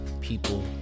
People